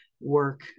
work